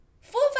four